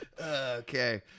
Okay